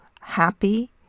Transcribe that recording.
happy